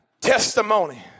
testimony